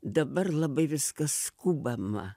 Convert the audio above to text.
dabar labai viskas skubama